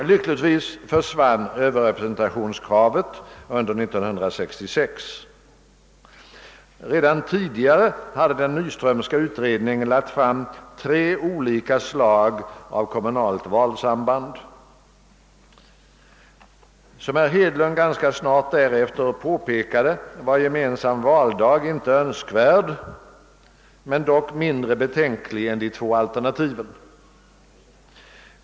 Lyckligtvis försvann överrepresentationskravet under år 1966. Redan tidigare hade den Nyströmska utredningen lagt fram förslag till tre olika slags kommunalt valsamband. Som herr Hedlund ganska snart därefter påpekade, var gemensam valdag inte önskvärd, men dock mindre betänklig än de två alternativen.